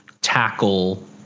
tackle